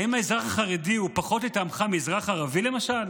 האם האזרח החרדי הוא פחות לטעמך מאזרח ערבי, למשל?